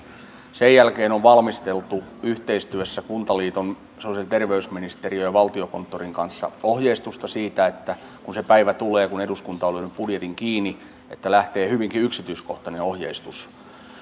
sen jälkeen on valmisteltu yhteistyössä kuntaliiton sosiaali ja terveysministeriön ja valtiokonttorin kanssa ohjeistusta siitä että kun se päivä tulee kun eduskunta on lyönyt budjetin kiinni lähtee hyvinkin yksityiskohtainen ohjeistus